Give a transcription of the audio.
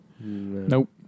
Nope